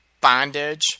bondage